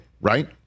right